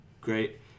great